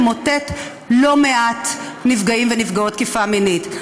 זה ממוטט לא מעט נפגעים ונפגעות תקיפה מינית.